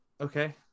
Okay